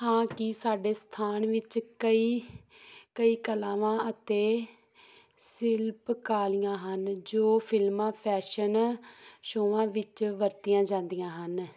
ਹਾਂ ਕੀ ਸਾਡੇ ਸਥਾਨ ਵਿੱਚ ਕਈ ਕਈ ਕਲਾਵਾਂ ਅਤੇ ਸ਼ਿਲਪਕਾਰੀਆਂ ਹਨ ਜੋ ਫਿਲਮਾਂ ਫੈਸ਼ਨ ਸ਼ੋਆਂ ਵਿੱਚ ਵਰਤੀਆਂ ਜਾਂਦੀਆਂ ਹਨ